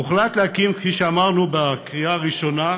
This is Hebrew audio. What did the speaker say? הוחלט להקים, כפי שאמרנו בקריאה ראשונה,